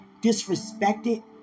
disrespected